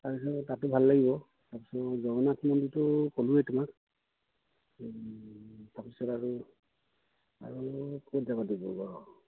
তাৰপিছত তাতো ভাল লাগিব তাৰপিছত জগন্নাথ মন্দিৰটো ক'লোৱেই তোমাক তাৰপিছত আৰু আৰু ক'ত যাব দিব বাৰু